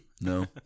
No